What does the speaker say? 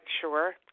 sure